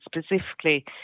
specifically